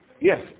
Yes